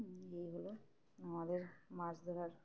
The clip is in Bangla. এই হুলো আমাদের মাছ ধরার